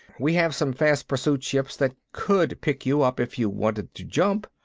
we have some fast pursuit ships that could pick you up if you wanted to jump.